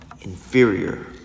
inferior